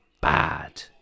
bad